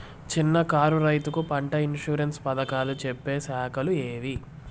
చిన్న కారు రైతుకు పంట ఇన్సూరెన్సు పథకాలు గురించి చెప్పే శాఖలు ఏవి?